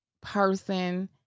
person